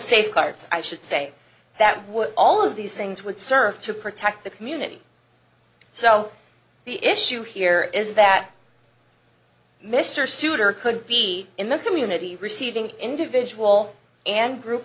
safeguards i should say that would all of these things would serve to protect the community so the issue here is that mr souter could be in the community receiving individual and group